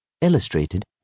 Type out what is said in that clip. Illustrated